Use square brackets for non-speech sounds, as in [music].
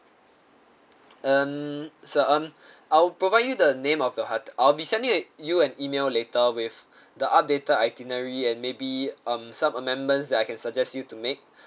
um sir um I will provide you the name of the ho~ I will be sending a you an email later with the updated itinerary and maybe um some amendments that I can suggest you to make [breath]